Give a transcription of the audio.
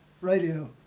radio